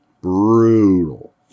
brutal